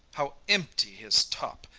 how empty his top!